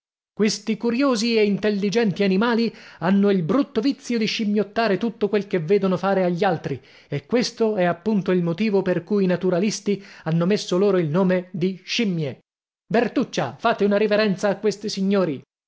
questi curiosi e intelligenti animali hanno il brutto vizio di scimmiottare tutto quel che vedono fare agli altri e questo è appunto il motivo per cui i naturalisti hanno messo loro il nome di scimmie bertuccia fate una riverenza a questi signori